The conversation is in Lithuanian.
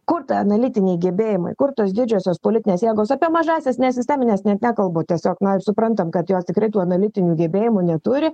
kur ta analitiniai gebėjimai kur tos didžiosios politinės jėgos apie mažąsias nesistemines net nekalbu tiesiog na ir suprantam kad jos tikrai tų nalitinių gebėjimų neturi